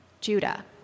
Judah